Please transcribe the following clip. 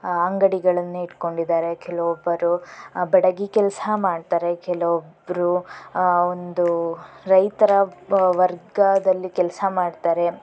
ಅಂಗಡಿಗಳನ್ನ ಇಟ್ಕೊಂಡಿದ್ದಾರೆ ಕೆಲವೊಬ್ಬರು ಬಡಗಿ ಕೆಲಸ ಮಾಡ್ತಾರೆ ಕೆಲ್ವೊಬ್ರು ಒಂದು ರೈತರ ವರ್ಗದಲ್ಲಿ ಕೆಲಸ ಮಾಡ್ತಾರೆ